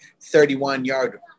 31-yard